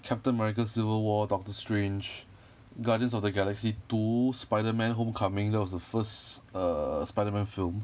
captain america civil war doctor strange guardians of the galaxy two spider-man homecoming that was the first err spider-man film